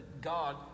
God